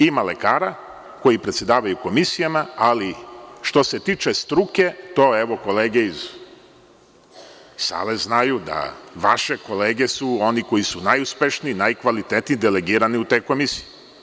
Ima lekara koji predsedavaju komisijama, ali što se tiče struke, to evo kolege same znaju da vaše kolege su oni koji su najuspešniji, najkvalitetniji, delegirani u te komisije.